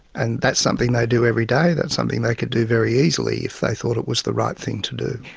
and that's something they do every day, that's something they could do very easily if they thought it was the right thing to do.